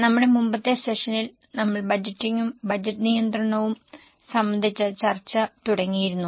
നമ്മുടെ മുമ്പത്തെ സെഷനിൽ നമ്മൾ ബജറ്റിംഗും ബജറ്റ് നിയന്ത്രണവും സംബന്ധിച്ച ചർച്ച തുടങ്ങിയിരുന്നു